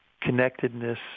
connectedness